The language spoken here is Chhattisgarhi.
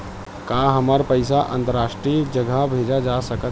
का हमर पईसा अंतरराष्ट्रीय जगह भेजा सकत हे?